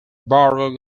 borough